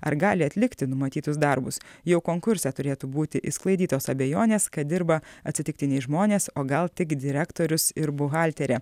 ar gali atlikti numatytus darbus jau konkurse turėtų būti išsklaidytos abejonės kad dirba atsitiktiniai žmonės o gal tik direktorius ir buhalterė